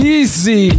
Easy